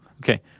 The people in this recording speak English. Okay